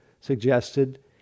suggested